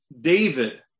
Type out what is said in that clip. David